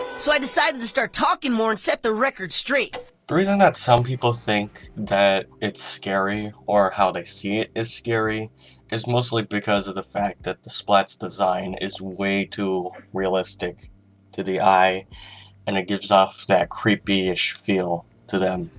so i decided to start talking more and set the record straight the reason that some people think that it's scary or how they see it is scary is mostly because of the fact that the splats design is way too realistic to the eye and it gives us that creepy ish feel to them.